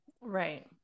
Right